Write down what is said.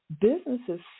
businesses